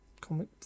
comic